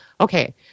okay